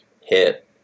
hit